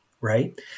right